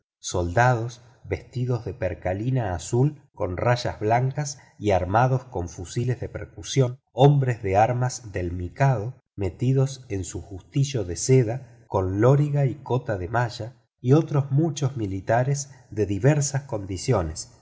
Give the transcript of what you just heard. soldados vestidos de percalina azul con rayas blancas y armados con fusiles de percusión hombres de armas del mikado metidos en su justillo de seda con loriga y cota de malla y otros muchos militares de diversas condiciones